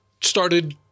started